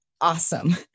Awesome